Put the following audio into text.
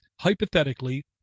hypothetically